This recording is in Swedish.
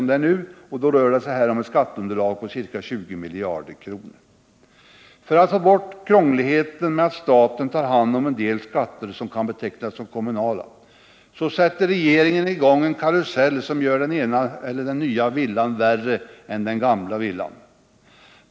Det rör sig här om ett skatteunderlag på ca 20 miljarder kr. För att få bort krångligheten med att staten tar hand om en del skatter som kan betecknas som kommunala sätter regeringen i gång en karusell som gör der nya villan värre än den gamla.